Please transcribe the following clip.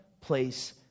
place